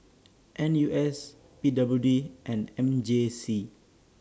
N U S P W D and M J C